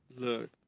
Look